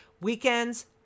weekends